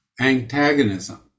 antagonism